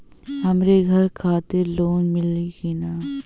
हमरे घर खातिर लोन मिली की ना?